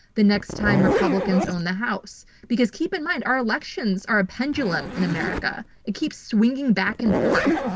the next time republicans own the house. because keep in mind our elections are a pendulum in america. it keeps swinging back and forth.